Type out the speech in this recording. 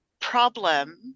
problem